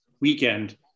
weekend